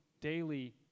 daily